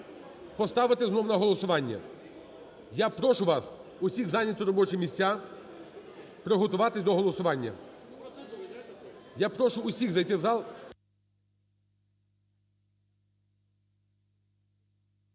поставити знов на голосування. Я прошу вас усіх зайняти робочі